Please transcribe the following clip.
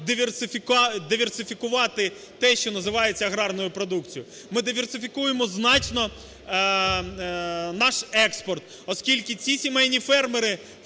диверсифікувати те, що називається аграрною продукцією. Ми диверсифікуємо значно наш експорт, оскільки ці сімейні фермери,